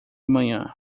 manhã